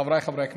חבריי חברי הכנסת,